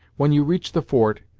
when you reach the fort,